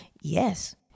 yes